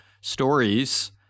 stories